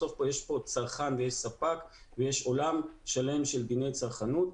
בסוף יש פה צרכן ויש ספק ויש עולם שלם של דיני צרכנות.